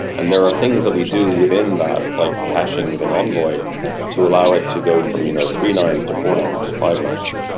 and there are things that we do within that, like caching with an envoy to allow it to go from you know three nines to four nines to five nines